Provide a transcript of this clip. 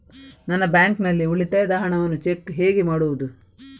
ನಮ್ಮ ಬ್ಯಾಂಕ್ ನಲ್ಲಿ ಉಳಿತಾಯದ ಹಣವನ್ನು ಚೆಕ್ ಹೇಗೆ ಮಾಡುವುದು?